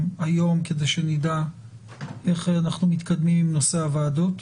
היום כדי שנדע איך אנחנו מתקדמים עם נשא הוועדות,